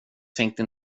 tänkte